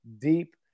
deep